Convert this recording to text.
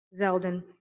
Zeldin